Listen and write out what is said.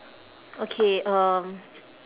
okay um